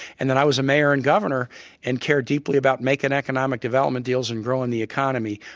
and then i was a mayor and governor and cared deeply about making economic development deals and growing the economy.